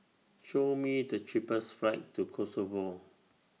Show Me The cheapest flights to Kosovo